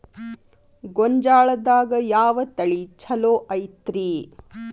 ಗೊಂಜಾಳದಾಗ ಯಾವ ತಳಿ ಛಲೋ ಐತ್ರಿ?